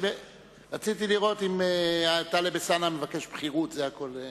רציתי לראות אם טלב אלסאנע מבקש בכירות, זה הכול.